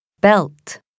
belt